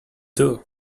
too